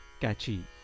catchy